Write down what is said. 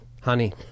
honey